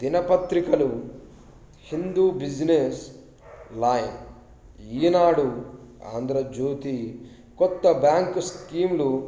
దినపత్రికలు Hindu business line Eenadu Andhrajyothy కొత్త bank స్కీంలు